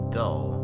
dull